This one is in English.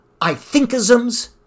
I-thinkisms